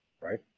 Right